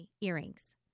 earrings